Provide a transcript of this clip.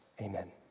Amen